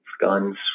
guns